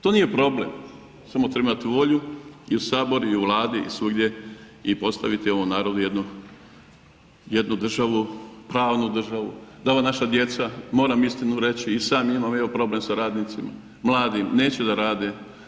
To nije problem samo treba imati volju i u Saboru i u Vladi i svugdje i postaviti ovom narodu jednu državu, pravnu državu da ova naša djeca, moram istinu reći i sam imam evo problem sa radnicima, mladim, neće da rade.